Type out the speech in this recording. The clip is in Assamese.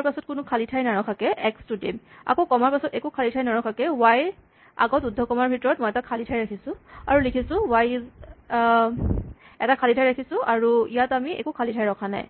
ৰ পাছত কোনো খালী ঠাই নৰখাকে এক্স টো দিম আকৌ কমাৰ পাছত একো খালী নৰখাকে ৱাই আগত উদ্ধকমাৰ ভিতৰত মই এটা খালী ঠাই ৰাখিছো আৰু লিখিছোঁ ৱাই ইজ এটা খালী ঠাই ৰাখিছোঁ আৰু ইয়াত আমি একো খালী ঠাই ৰখা নাই